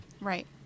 Right